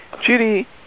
Judy